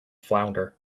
flounder